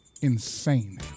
insane